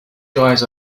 guys